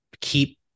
keep